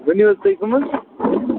ؤنِو حظ تُہۍ کٕم حظ